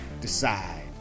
decide